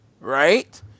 right